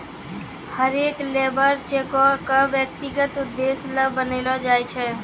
हरेक लेबर चेको क व्यक्तिगत उद्देश्य ल बनैलो जाय छै